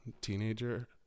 teenager